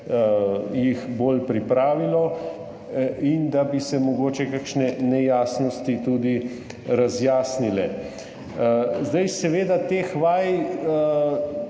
jih bolj pripravilo in da bi se mogoče kakšne nejasnosti tudi razjasnile. Seveda, teh vaj